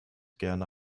gerne